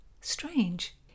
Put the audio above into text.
Strange